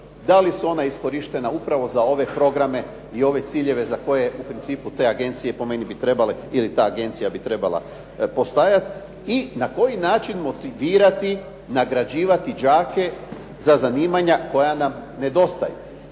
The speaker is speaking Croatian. da li su ona iskorištena upravo za ove programe i ove ciljeve za koje u principu te agencije bi trebale ili ta agencija bi trebala postajati. I na koji način motivirati, nagrađivati đake za zanimanja koja nam nedostaju.